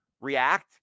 react